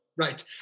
Right